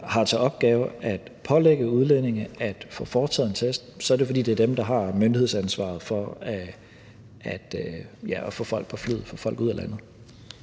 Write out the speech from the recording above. har til opgave at pålægge udlændinge at få foretaget en test, så er det, fordi det er dem, der har myndighedsansvaret for at få folk på flyet og ud af landet.